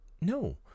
no